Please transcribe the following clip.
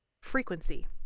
frequency